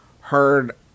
heard